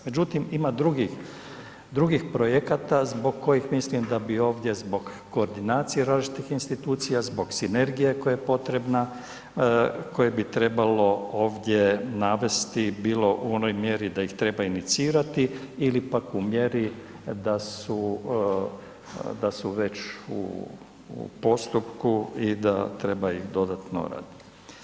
Međutim, ima drugih projekata zbog kojih mislim da bi ovdje zbog koordinacije različitih institucija, zbog sinergije koja je potrebna, koje bi trebalo ovdje navesti, bilo u onoj mjeri da ih treba inicirati ili pak u mjeri da su već u postupku i da treba ih dodatno raditi.